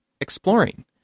exploring